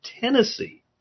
Tennessee